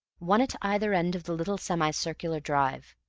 one at either end of the little semi-circular drive,